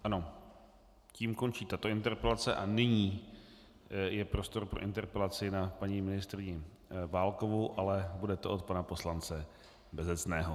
Ano, tím končí tato interpelace a nyní je prostor pro interpelaci na paní ministryni Válkovou, ale bude od pana poslance Bezecného.